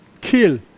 kill